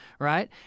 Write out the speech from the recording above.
right